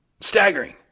staggering